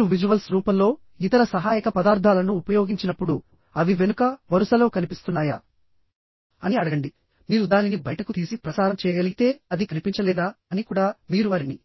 మీరు విజువల్స్ రూపంలో ఇతర సహాయక పదార్థాలను ఉపయోగించినప్పుడు అవి వెనుక వరుసలో కనిపిస్తున్నాయా అని అడగండి మీరు దానిని బయటకు తీసి ప్రసారం చేయగలిగితే అది కనిపించలేదా అని కూడా మీరు వారిని